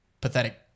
pathetic